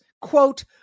quote